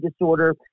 disorder